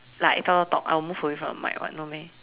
like if I want to talk I'll move away from the mic [what] no meh